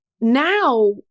now